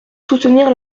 soutenir